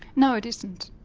no it isn't.